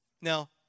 Now